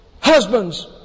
husbands